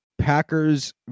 Packers